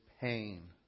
pain